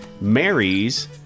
marries